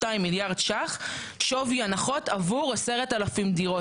מיליארד שקלים שווי הנחות עבור 10,000 דירות.